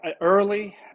early